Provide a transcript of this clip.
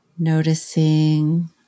Noticing